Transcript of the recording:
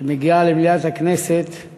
שמירת הניקיון